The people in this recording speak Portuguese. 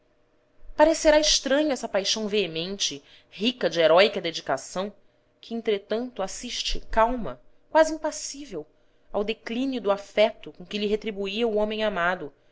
redentor parecerá estranha essa paixão veemente rica de heróica dedicação que entretanto assiste calma quase impassível ao declínio do afeto com que lhe retribuía o homem amado